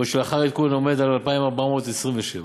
ואילו לאחר העדכון הוא עומד על 2,427 שקלים,